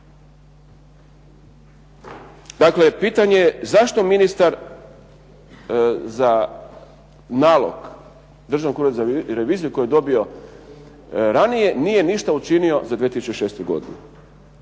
Dakle, pitanje je zašto ministar za nalog Državnog ureda za reviziju koji je dobio ranije, nije ništa učinio za 2006. godinu?